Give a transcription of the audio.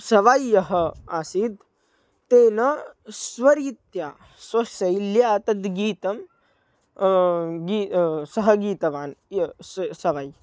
सवाय् यः आसीत् तेन स्वरीत्या स्वशैल्या तद् गीतं गीतं सः गीतवान् यः सः सवय्